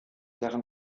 deren